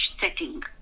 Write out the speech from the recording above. setting